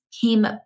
came